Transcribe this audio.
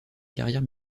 carrière